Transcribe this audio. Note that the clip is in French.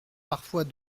parfois